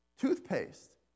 toothpaste